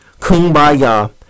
kumbaya